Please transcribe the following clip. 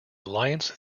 alliance